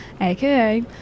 aka